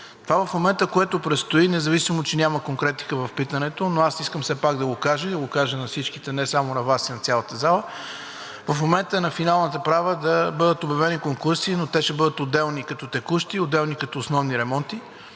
което в момента предстои. Независимо че няма конкретика в питането, аз все пак искам да го кажа и да го кажа на всички – не само на Вас, а и на цялата зала. В момента е на финалната права да бъдат обявени конкурси, но те ще бъдат отделно като текущи и отделно като основни ремонти,